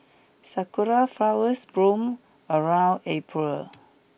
sakura flowers bloom around April